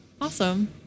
Awesome